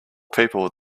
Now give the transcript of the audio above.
people